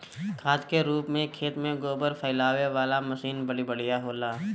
खाद के रूप में खेत में गोबर फइलावे वाला मशीन बड़ी बढ़िया होला